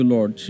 Lord